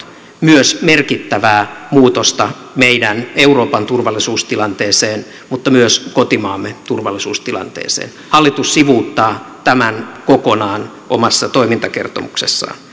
myös merkittävää muutosta meidän euroopan turvallisuustilanteeseen mutta myös kotimaamme turvallisuustilanteeseen hallitus sivuuttaa tämän kokonaan omassa toimintakertomuksessaan